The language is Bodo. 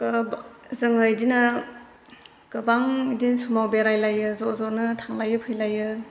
जोङो बिदिनो गोबां बिदिनो समाव बेरायलायो ज' जनो थांलायो फैलायो